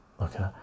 okay